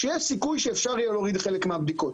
שיש סיכוי שאפשר להוריד חלק מהבדיקות.